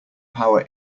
power